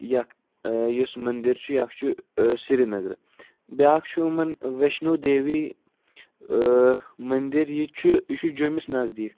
یَتھ یُس مٔندِر چھُ یہِ اَکھ چھُ سری نَگرٕ بیٛاکھ چھُ یِمَن ویشنوٗ دیوی مٔندِر یہِ چھُ یہِ چھُ جیوٚمِس نَزدیٖک